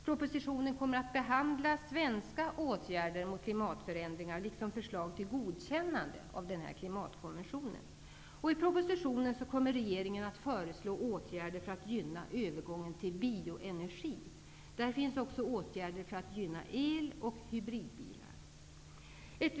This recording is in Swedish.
Propositionen kommer att behandla svenska åtgärder mot klimatförändringar liksom förslag till godkännande av klimatkonventionen. I propositionen kommer regeringen att föreslå åtgärder för att gynna övergången till bioenergi. Där finns också åtgärder för att gynna eloch hybridbilar.